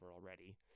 already